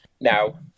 Now